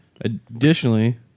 Additionally